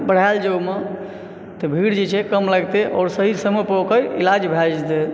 बढायल जाए ओहिमे तऽ भीड़ जे छै कम लगते आओर सही समय पर ओकर इलाज भय जेतै